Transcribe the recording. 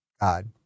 God